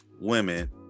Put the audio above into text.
women